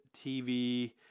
TV